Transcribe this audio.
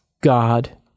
God